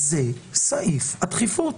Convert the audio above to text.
זה סעיף הדחיפות.